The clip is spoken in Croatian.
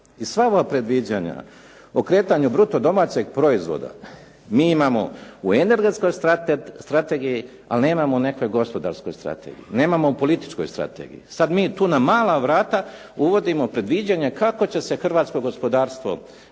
I sva ova predviđanja o kretanju bruto domaćeg proizvoda, mi imamo u energetskoj strategiji, ali nemamo u nekoj gospodarskoj strategiji, nemamo u političkoj strategiji. Sad mi tu na mala vrata uvodimo predviđanje kako će se hrvatsko gospodarstvo